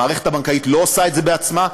המערכת הבנקאית לא עושה את זה בעצמה,